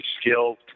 skilled